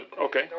okay